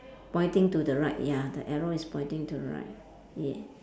pointing to the right ya the arrow is pointing to the right yeah